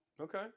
Okay